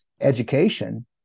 education